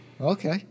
okay